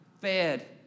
fed